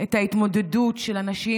את ההתמודדות של הנשים,